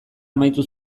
amaitu